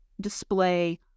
display